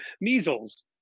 measles